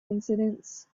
incidents